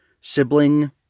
sibling